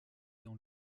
dans